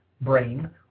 brain